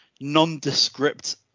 nondescript